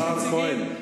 סגן השר כהן,